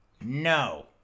No